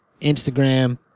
Instagram